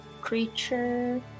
creature